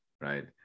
right